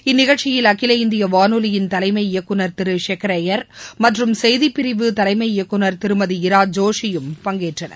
இந்நிகழ்ச்சியில் அகில இந்திய வானொலியின் தலைமை இயக்குநர் திரு ஷெகரேயார் மற்றும் செய்திப்பிரிவு தலைமை இயக்குநர் திருமதி இரா ஜோஷியும் பங்கேற்றனர்